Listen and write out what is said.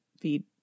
feed